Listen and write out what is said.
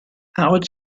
howard